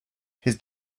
his